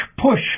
push